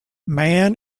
man